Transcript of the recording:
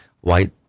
White